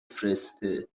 فرسته